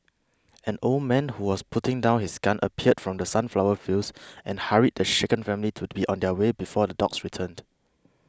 an old man who was putting down his gun appeared from the sunflower fields and hurried the shaken family to be on their way before the dogs returned